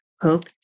hope